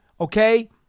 Okay